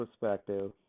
perspective